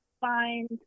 find